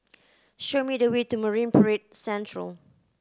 show me the way to Marine Parade Central